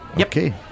Okay